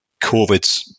COVID